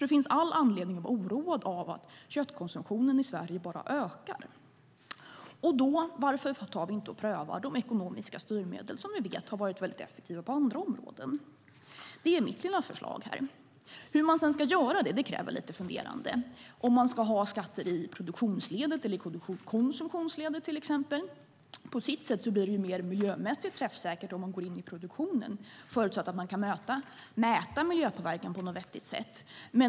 Det finns all anledning att vara oroad av att köttkonsumtionen i Sverige bara ökar. Varför tar vi inte och prövar de ekonomiska styrmedel som vi vet har varit väldigt effektiva på andra områden? Det är mitt lilla förslag. Hur man sedan ska göra det kräver lite funderande. Ska man till exempel ha skatter i produktionsledet eller i konsumtionsledet? På sitt sätt blir det mer miljömässigt träffsäkert om man går in i produktionen, förutsatt att man kan mäta miljöpåverkan på något vettigt sätt.